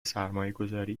سرمایهگذاری